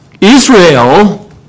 Israel